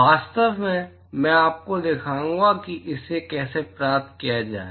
वास्तव में मैं आपको दिखाऊंगा कि इसे कैसे प्राप्त किया जाए